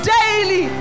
Daily